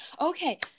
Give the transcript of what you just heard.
Okay